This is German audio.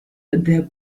der